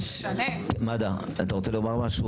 סליחה, מד"א אתה רוצה להגיד משהו?